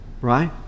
right